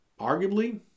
Arguably